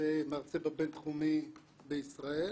ומרצה בבינתחומי בישראל.